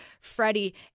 Freddie